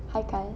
haikal